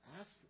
ask